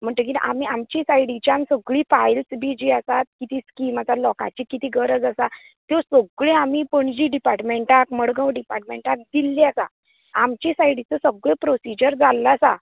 म्हणतगीर आमी आमची सायडीच्यान सगळीं फांयल्स बी जी आसा कितें स्कीम आसा लोकांची कितें गरज आसा त्यो सगळ्यों आमी पणजी डिर्पाटमेंटाक मडगांव डिर्पाटमेंटाक दिल्लीं आसा आमच्या सायडीनचो सगळों प्रोसीजर जाल्लो आसा